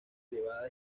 elevada